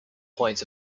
point